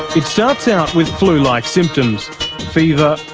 it starts out with flu like symptoms fever,